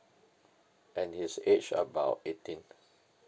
and his age about eighteen